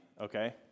okay